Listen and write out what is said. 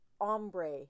Ombre